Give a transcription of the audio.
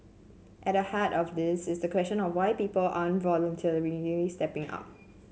at the heart of this is the question of why people aren't stepping up